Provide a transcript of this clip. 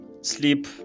sleep